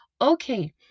okay